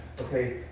Okay